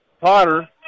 Potter